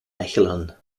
mechelen